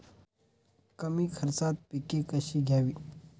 कमी खर्चात पिके कशी घ्यावी?